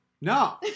no